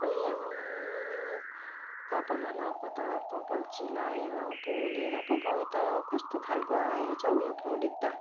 सबै आम्मामामा कपालमा लगाएको त कपाल चिलाएर पोलेर पो भयो त कस्तो खाले आएछ हौ यो प्रडक्ट त